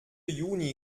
juni